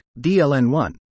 DLN1